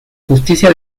justicia